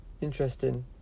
Interesting